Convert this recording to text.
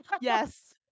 Yes